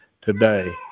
today